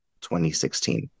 2016